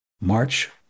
March